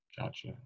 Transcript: Gotcha